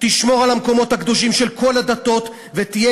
תשמור על המקומות הקדושים של כל הדתות ותהיה